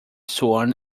swam